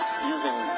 Using